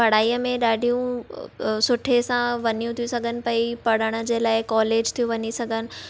पढ़ाईअ में ॾाढियूं सुठे सां वञयूं थी सघनि पेई पढ़णु जे लाइ कॉलेजु थियूं वञी सघनि